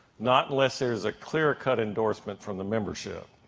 not unless there's a clear-cut endorsement from the membership.